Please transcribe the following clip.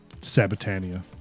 Sabatania